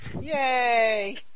Yay